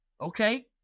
Okay